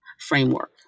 framework